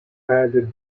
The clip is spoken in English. added